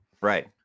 Right